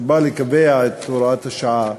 שבא לקבע את הוראת השעה,